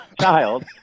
child